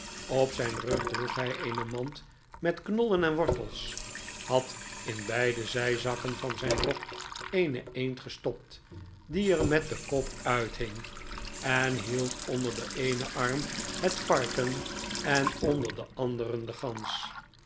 op zijn rug droeg hij eene mand met knollen en wortels had in beide zijzakken van zijn rok eene eend gestopt die er met den kop uithing en hield onder den eenen arm het varken en onder den anderen de gans